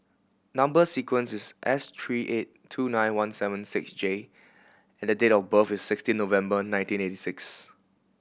number sequence is S three eight two nine one seven six J and the date of birth is sixteen November nineteen eighty six